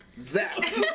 Zach